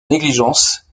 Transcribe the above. négligence